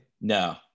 No